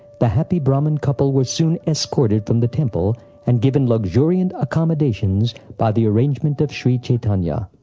the happy brahmin couple were soon escorted from the temple and given luxuriant accommodations by the arrangement of shri chaitanya.